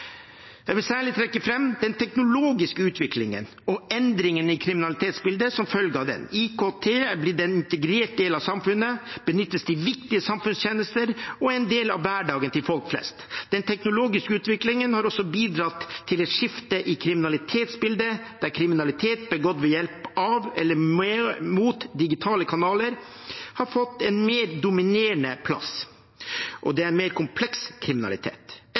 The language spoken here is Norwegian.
Jeg vil særlig trekke fram den teknologiske utviklingen og endringen i kriminalitetsbildet som følge av den. IKT har blitt en integrert del av samfunnet, benyttes til viktige samfunnstjenester og er en del av hverdagen til folk flest. Den teknologiske utviklingen har også bidratt til et skifte i kriminalitetsbildet, der kriminalitet begått ved hjelp av eller mot digitale kanaler har fått en mer dominerende plass, og det er mer kompleks kriminalitet.